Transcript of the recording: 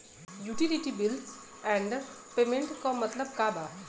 Utility bills and payments क मतलब का बा?